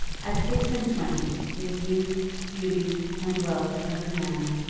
at six-and-twenty, with youth, beauty, and wealth at her command,